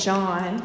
John